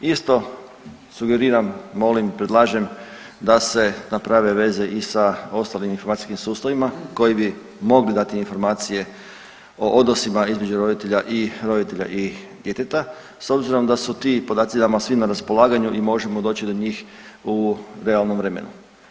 Isto sugeriram, molim, predlažem da se naprave veze i sa ostalim informacijskim sustavima koji bi mogli dati informacije o odnosima između roditelja i roditelja i djeteta s obzirom da su ti podaci nama svima na raspolaganju i možemo doći do njih u realnom vremenu.